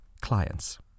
clients